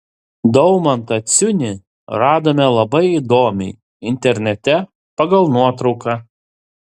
daumantą ciunį radome labai įdomiai internete pagal nuotrauką